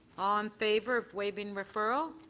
um favor of waiving referral.